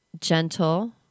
gentle